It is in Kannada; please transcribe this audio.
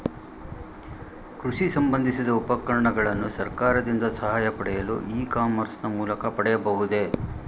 ಕೃಷಿ ಸಂಬಂದಿಸಿದ ಉಪಕರಣಗಳನ್ನು ಸರ್ಕಾರದಿಂದ ಸಹಾಯ ಪಡೆಯಲು ಇ ಕಾಮರ್ಸ್ ನ ಮೂಲಕ ಪಡೆಯಬಹುದೇ?